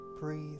Breathe